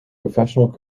professional